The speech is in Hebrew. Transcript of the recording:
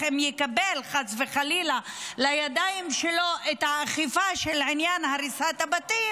אם חס וחלילה הוא יקבל לידיים שלו את האכיפה של עניין הריסת הבתים,